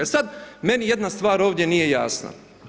Sad meni jedna stvar ovdje nije jasna.